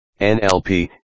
NLP